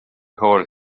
hôl